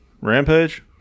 Rampage